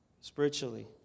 Spiritually